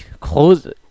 close